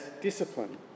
discipline